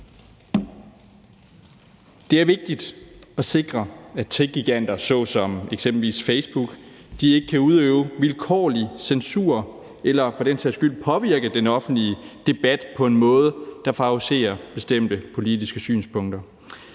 Det er vigtigt at sikre, at techgiganter såsom eksempelvis Facebook ikke kan udøve vilkårlig censur eller for den sags skyld påvirke den offentlige debat på en måde, der favoriserer bestemte politiske synspunkter.